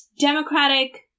democratic